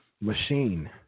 machine